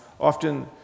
often